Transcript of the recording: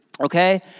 okay